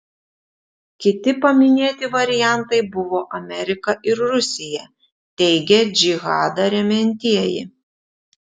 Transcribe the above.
kiti paminėti variantai buvo amerika ir rusija teigia džihadą remiantieji